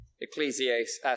Ecclesiastes